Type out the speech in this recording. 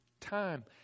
time